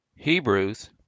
HEBREWS